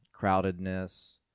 crowdedness